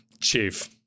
Chief